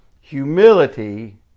Humility